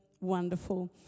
wonderful